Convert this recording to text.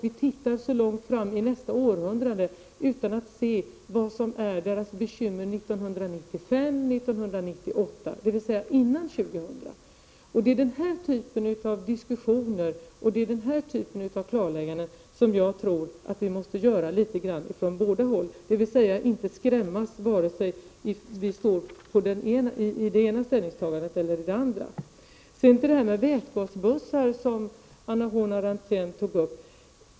Vi ser också långt framåt, in i nästa århundrade, utan att se vad som är deras bekymmer 1995, 1998 osv., dvs. före år 2000. Det är denna typ av diskussioner och klarlägganden som jag tror att vi måste göra från båda håll. Vi skall inte skrämmas, vare sig vi står för det ena eller det andra ställningstagandet. Anna Horn af Rantzien tog upp vätgasbussar.